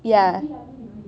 ya